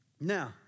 Now